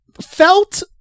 Felt